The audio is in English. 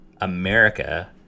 America